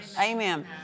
Amen